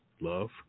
love